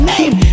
Name